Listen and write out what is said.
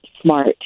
smart